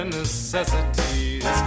necessities